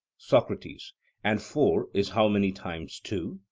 socrates and four is how many times two?